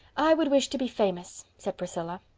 i would wish to be famous, said priscilla.